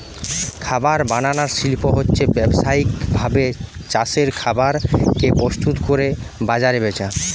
খাবার বানানার শিল্প হচ্ছে ব্যাবসায়িক ভাবে চাষের খাবার কে প্রস্তুত কোরে বাজারে বেচা